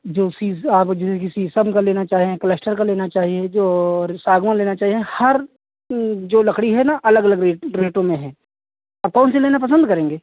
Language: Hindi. जो शीश आप जैसे कि शीशम का लेना चाहे क्लस्टर का लेना चाहिए और सागवान लेना चाहिए हर जो लकड़ी है ना अलग अलग रेट रेटों में है आप कौन सी लेना पसंद करेंगे